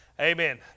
amen